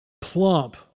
plump